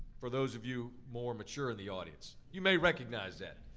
for those of you more mature in the audience, you may recognize that.